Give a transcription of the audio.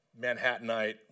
Manhattanite